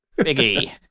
Biggie